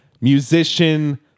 musician